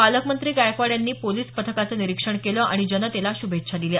पालकमंत्री गायकवाड यांनी पोलीस पथकाचं निरीक्षण केलं आणि जनतेला श्भेच्छा दिल्या